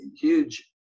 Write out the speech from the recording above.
huge